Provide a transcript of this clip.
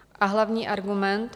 A hlavní argument?